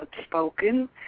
outspoken